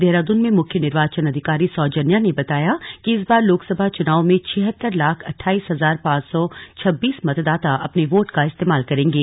देहरादून में मुख्य निर्वाचन अधिकारी सौजन्या ने बताया कि इस बार लोकसभा चुनाव में छिहत्तर लाख अठाइस हजार पांच सौ छब्बीस मतदाता अपने वोट का इस्तेमाल करेंगे